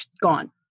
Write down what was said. Gone